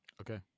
okay